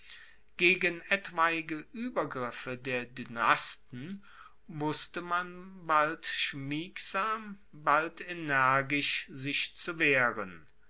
gegen etwaige uebergriffe der dynasten wusste man bald schmiegsam bald energisch sich zu wehren